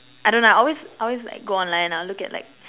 I don't know I always I always like go online lah look at like